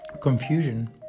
confusion